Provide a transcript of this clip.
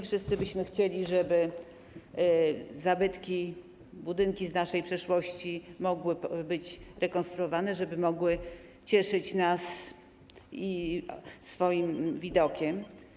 Wszyscy byśmy chcieli, żeby zabytki, budynki z naszej przeszłości mogły zostać zrekonstruowane i cieszyć nas swoim widokiem.